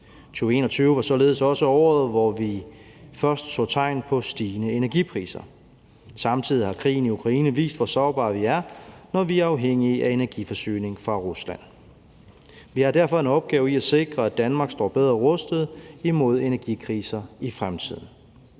2021 var således også året, hvor vi først så tegn på stigende energipriser. Samtidig har krigen i Ukraine vist, hvor sårbare vi er, når vi er afhængige af energiforsyning fra Rusland. Vi har derfor en opgave i at sikre, at Danmark står bedre rustet imod energikriser i fremtiden.